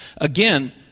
Again